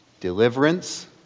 deliverance